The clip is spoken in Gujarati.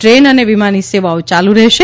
દ્રેન અને વિમાની સેવાઓ ચાલુ રહેશે